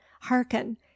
hearken